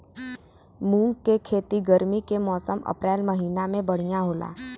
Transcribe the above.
मुंग के खेती गर्मी के मौसम अप्रैल महीना में बढ़ियां होला?